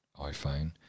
iPhone